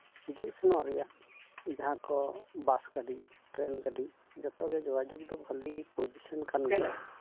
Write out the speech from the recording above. ᱦᱤᱡᱩᱜ ᱥᱮᱱᱚᱜ ᱨᱮᱭᱟᱜ ᱡᱟᱦᱟᱸ ᱠᱚ ᱵᱟᱥ ᱜᱟᱹᱰᱤ ᱴᱨᱮᱱ ᱜᱟᱹᱰᱤ ᱡᱚᱛᱚ ᱜᱮ ᱡᱳᱜᱟᱡᱳᱜᱽ ᱫᱚ ᱵᱷᱟᱞᱤ ᱯᱚᱡᱤᱥᱮᱱ ᱠᱟᱱ ᱜᱮᱭᱟ